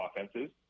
offenses